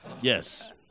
Yes